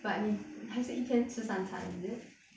but 你还是一天吃三餐 is it